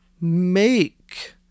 make